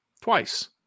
twice